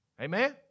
Amen